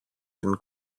την